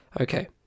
Okay